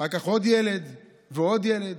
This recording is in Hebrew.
אחר כך עוד ילד ועוד ילד,